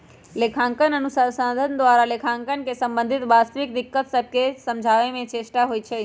लेखांकन अनुसंधान द्वारा लेखांकन से संबंधित वास्तविक दिक्कत सभके समझाबे के चेष्टा होइ छइ